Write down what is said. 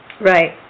Right